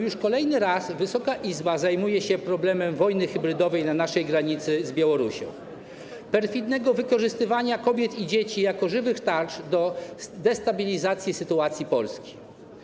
Już kolejny raz Wysoka Izba zajmuje się problemem wojny hybrydowej na naszej granicy z Białorusią, perfidnego wykorzystywania kobiet i dzieci jako żywych tarcz do destabilizacji sytuacji Polski.